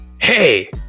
hey